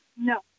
No